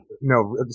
no